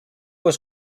was